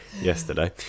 yesterday